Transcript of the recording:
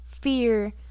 fear